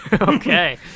Okay